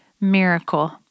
miracle